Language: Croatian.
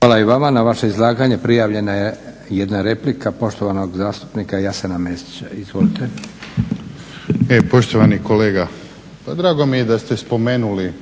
Hvala i vama. Na vaše izlaganje prijavljena je jedna replika poštovanog zastupnika Jasena Mesića. Izvolite. **Mesić, Jasen (HDZ)** E poštovani kolega pa drago mi je da ste spomenuli